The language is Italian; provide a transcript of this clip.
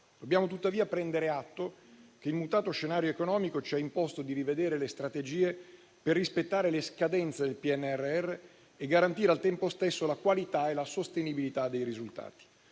Dobbiamo tuttavia prendere atto che il mutato scenario economico ci ha imposto di rivedere le strategie per rispettare le scadenze del PNRR e garantire al tempo stesso la qualità e la sostenibilità dei risultati.